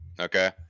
Okay